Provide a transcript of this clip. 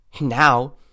now